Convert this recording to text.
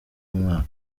w’umwaka